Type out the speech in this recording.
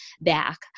back